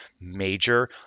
major